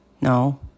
No